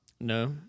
No